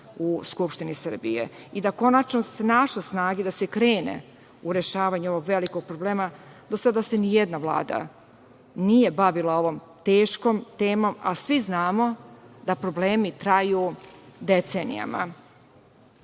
u Skupštini Srbije i da se konačno našlo snage da se krene u rešavanje ovog velikog problema. Do sada se nijedna vlada nije bavila ovom teškom temom, a svi znamo da problemi traju decenijama. Moje